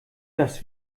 das